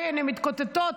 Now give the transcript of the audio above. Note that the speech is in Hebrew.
טלי, תודה.